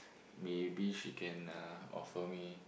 maybe she can uh offer me